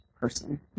person